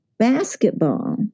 Basketball